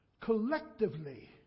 Collectively